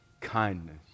kindness